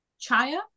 Chaya